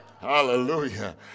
hallelujah